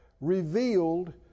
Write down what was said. revealed